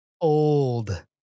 old